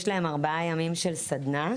יש להם ארבעה ימים של סדנה,